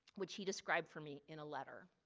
which he described for me in a letter,